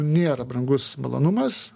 niera brangus malonumas